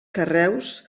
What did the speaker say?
carreus